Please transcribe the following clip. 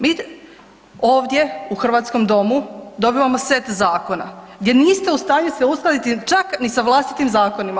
Mi ovdje u hrvatskom domu dobivamo set gdje niste u stanju se uskladiti čak ni sa vlastitim zakonima.